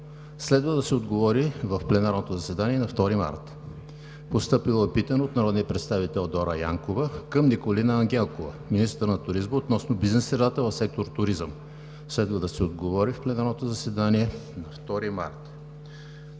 Следва да се отговори в пленарното заседание на 2 март 2018 г. - постъпило е питане от народния представител Дора Янкова към Николина Ангелкова – министър на туризма, относно бизнес средата в сектор „туризъм“. Следва да се отговори в пленарното заседание на 2 март